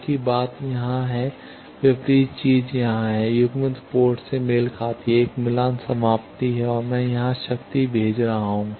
एक ही बात यहाँ है विपरीत चीज़ यहाँ है युग्मित पोर्ट से मेल खाती है एक मिलान समाप्ति है और मैं यहां शक्ति भेज रहा हूं